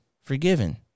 Forgiven